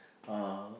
uh